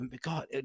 God